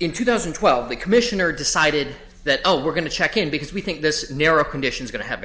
in two thousand and twelve the commissioner decided that oh we're going to check in because we think this narrow conditions going to have